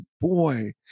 boy